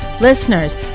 Listeners